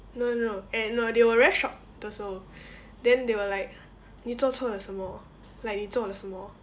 no no no and no they were very shocked also then they were like 你做错了什么 like 你做了什么